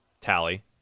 Tally